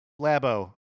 Labo